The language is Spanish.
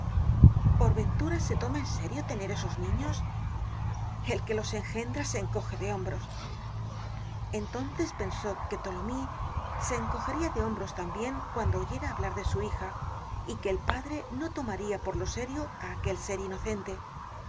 por ventura se toma en serio tener esos niños el que los engendra se encoge de hombros entonces pensó que tholomyes se encogeria de hombros tambien cuando oyera hablar de su hija y que el padre no tomaria por lo serio á aquel ser inocente